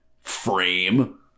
frame